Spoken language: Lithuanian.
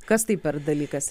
kas tai per dalykas